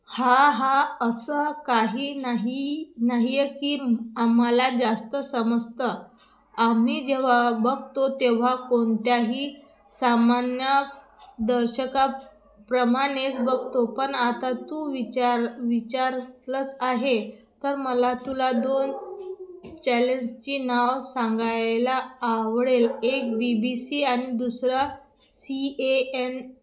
हा हा असं काही नाही नाही आहे की आम्हाला जास्त समजतं आम्ही जेव्हा बघतो तेव्हा कोणत्याही सामान्य दर्शकाप्रमाणेच बघतो पण आता तू विचार विचारलंच आहे तर मला तुला दोन चॅलेंसची नाव सांगायला आवडेल एक बी बी सी आणि दुसरा सीएएन